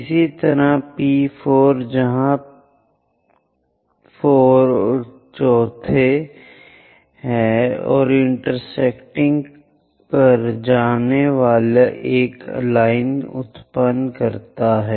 इसी तरह P4 जहां 4 वें है और इंटेरसेक्टिंग पर जाने वाली एक लाइन उत्पन्न करता है